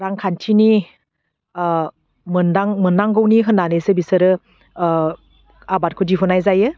रांखान्थिनि ओह मोनदां मोननांगौनि होननानैसो बिसोरो ओह आबादखौ दिहुननाय जायो